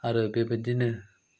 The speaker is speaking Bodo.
आरो बेबायदिनो